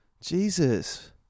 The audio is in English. Jesus